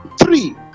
three